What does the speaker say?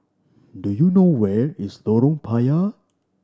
do you know where is Lorong Payah